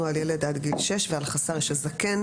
על ילד עד גיל שש ועל חסר ישע זקן.